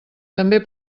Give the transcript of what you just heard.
també